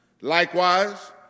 Likewise